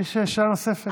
יש שאלה נוספת.